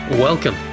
Welcome